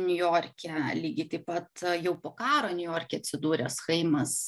niujorke lygiai taip pat jau po karo niujorke atsidūręs chaimas